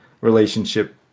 relationship